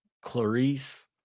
Clarice